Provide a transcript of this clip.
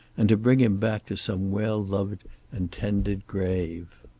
and to bring him back to some well-loved and tended grave.